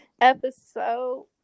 episode